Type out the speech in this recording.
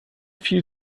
viel